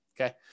Okay